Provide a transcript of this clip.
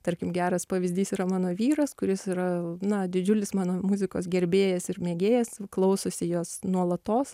tarkim geras pavyzdys yra mano vyras kuris yra na didžiulis mano muzikos gerbėjas ir mėgėjas klausosi jos nuolatos